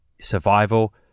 survival